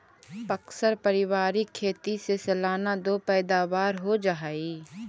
प्अक्सर पारिवारिक खेती से सालाना दो पैदावार हो जा हइ